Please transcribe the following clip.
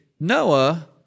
Noah